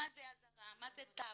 מה זה הערת אזהרה, מה זה טאבו,